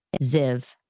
Ziv